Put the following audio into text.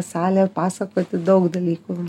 salę pasakoti daug dalykų